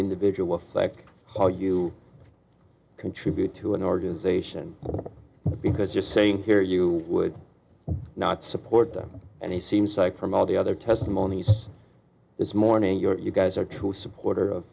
individuals like how you contribute to an organization because you're saying here you would not support them and he seems like from all the other testimonies this morning you're you guys are true supporter of